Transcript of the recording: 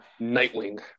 Nightwing